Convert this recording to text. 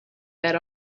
that